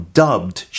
dubbed